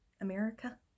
America